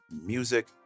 music